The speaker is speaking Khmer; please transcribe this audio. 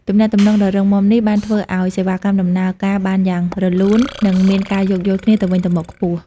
ទំនាក់ទំនងដ៏រឹងមាំនេះបានធ្វើឱ្យសេវាកម្មដំណើរការបានយ៉ាងរលូននិងមានការយោគយល់គ្នាទៅវិញទៅមកខ្ពស់។